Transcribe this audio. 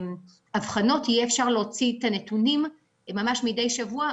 אבחנות יהיה אפשר להוציא את הנתונים ממש מידי שבוע,